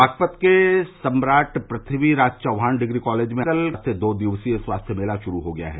बागपत के सम्राट Prithviraj Chauhan degree college में कल से दो दिवसीय स्वास्थ्य मेला शुरू हो गया है